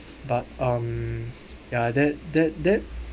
but um yeah that that that